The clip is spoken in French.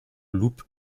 loupe